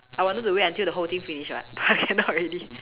I wanted to wait until the whole thing finish [what] but I cannot already